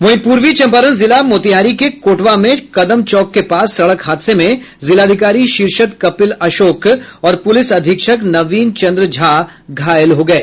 वहीं पूर्वी चम्पारण जिला मोतिहारी के कोटवा में कदमचौक के पास सड़क हादसे में जिलाधिकारी शीर्षत कपिल अशोक और पुलिस अधीक्षक नवीन चंद्र झा घायल हो गये